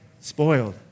spoiled